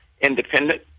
independent